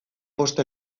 posta